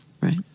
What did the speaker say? right